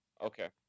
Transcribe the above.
Okay